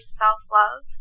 self-love